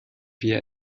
wir